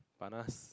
panas